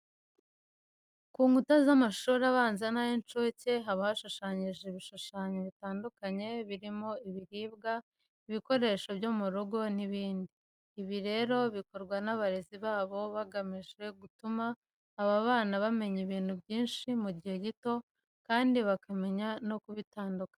Ku nkuta z'amashuri abanza n'ay'inshuke haba hashushanyijeho ibishushanyo bitandukanye birimo ibiribwa, ibikoresho byo mu rugo n'ibindi. Ibi rero bikorwa n'abarezi babo bagamije gutuma aba bana bamenya ibintu byinshi mu gihe gito kandi bakamenya no kubitandukanya.